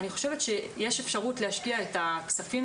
אני חושבת שיש אפשרות להשקיע את הכספים